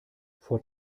vor